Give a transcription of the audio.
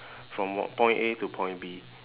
from wh~ point A to point B